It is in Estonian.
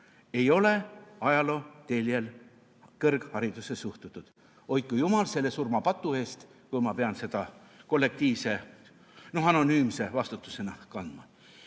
ei ole ajalooteljel kõrgharidusse suhtutud. Hoidku jumal selle surmapatu eest, kui ma pean seda kollektiivse ja anonüümse vastutusena kandma!